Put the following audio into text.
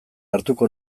hartuko